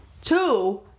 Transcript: two